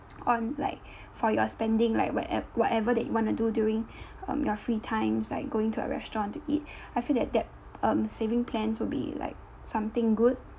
on like for your spending like whate~ whatever that you want to do during um your free times like going to a restaurant to eat I feel that that um saving plans will be like something good